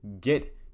Get